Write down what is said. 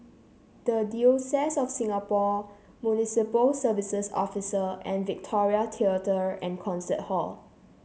the Diocese of Singapore Municipal Services Office and Victoria Theatre and Concert Hall